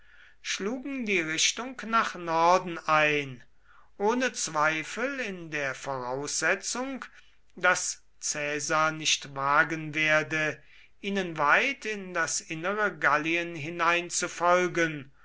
schlugen die richtung nach norden ein ohne zweifel in der voraussetzung daß caesar nicht wagen werde ihnen weit in das innere gallien hinein zu folgen